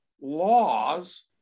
laws